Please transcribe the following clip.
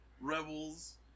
Rebels